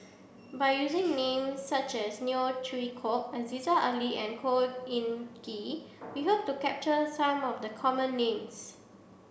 by using names such as Neo Chwee Kok Aziza Ali and Khor Ean Ghee we hope to capture some of the common names